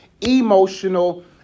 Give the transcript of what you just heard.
emotional